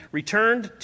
returned